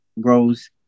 grows